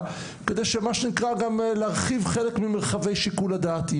כדי גם להרחיב חלק ממרחבי שיקול דעת.